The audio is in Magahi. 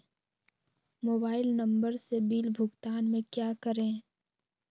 मोबाइल नंबर से बिल भुगतान में क्या करें?